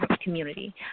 community